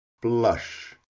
blush